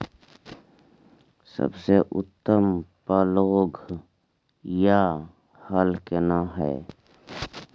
सबसे उत्तम पलौघ या हल केना हय?